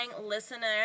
listener